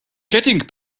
getting